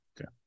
Okay